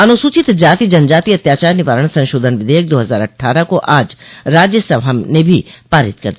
अनुसूचित जाति जनजाति अत्याचार निवारण संशोधन विधेयक दो हजार अट्ठारह को आज राज्यसभा ने भी पारित कर दिया